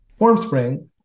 Formspring